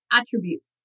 attributes